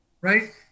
right